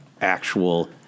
actual